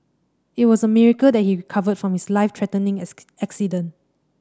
it was a miracle that he recovered from his life threatening accident